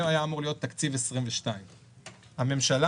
זה היה אמור להיות תקציב 2022. הממשלה